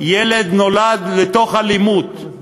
ילד נולד לתוך אלימות, ושם הוא